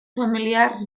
familiars